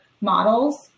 models